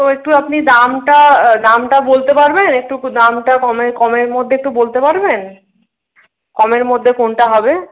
তো একটু আপনি দামটা দামটা বলতে পারবেন একটুকু দামটা কমের মধ্যে একটু বলতে পারবেন কমের মধ্যে কোনটা হবে